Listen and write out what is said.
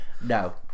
No